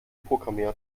programmiert